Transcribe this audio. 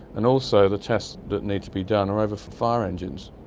and also the tests that need to be done are over fire engines,